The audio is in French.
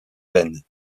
veines